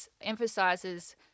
emphasizes